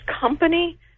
company